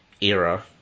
era